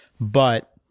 But-